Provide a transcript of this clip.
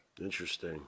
Interesting